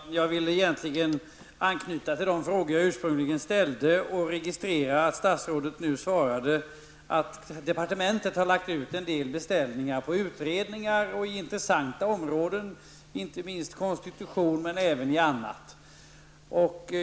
Herr talman! Jag vill egentligen anknyta till de frågor som jag ursprungligen ställde och registrerar att statrådet nu svarade att departementet har lagt ut en del beställningar på utredningar och intressanta områden som gäller inte minst konstitution men även annat.